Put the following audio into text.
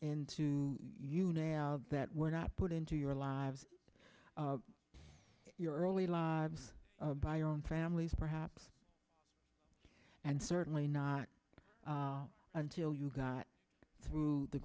into you now that we're not put into your lives your early lives by your own families perhaps and certainly not until you got through the